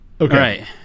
okay